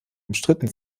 umstritten